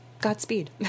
Godspeed